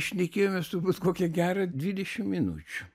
šnekėjomės turbūt kokią gerą dvidešim minučių